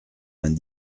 vingt